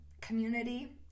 Community